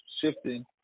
shifting